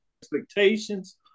expectations